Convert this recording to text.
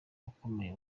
ukomeye